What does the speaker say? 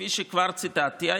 כפי שכבר ציטטתי,